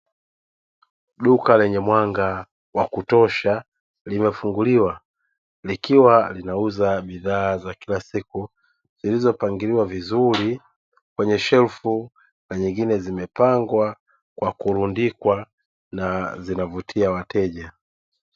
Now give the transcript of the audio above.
Duka lenye mwanga wa kutosha limefunguliwa, likiwa linauza bidhaa za kila siku; zilizopangiliwa vizuri kwenye shelfu na nyingine zimepangwa kwa kurundikwa na zinavutia wateja.